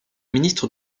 ministre